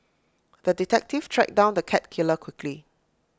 the detective tracked down the cat killer quickly